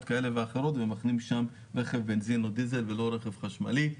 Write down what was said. כאלה ואחרות ומחנים שם רכב בנזין או דיזל ולא רכב חשמלי.